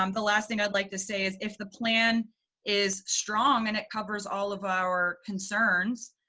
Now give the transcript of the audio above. um the last thing i'd like to say is if the plan is strong and it covers all of our concerns,